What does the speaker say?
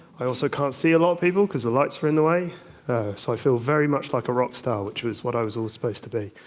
i also can't see a lot of people because the lights are in the way, so i feel very much like a rock star, which is what i was always supposed to be!